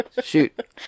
Shoot